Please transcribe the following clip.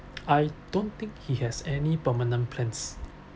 I don't think he has any permanent plans